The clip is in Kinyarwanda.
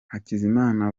hakizimana